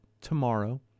tomorrow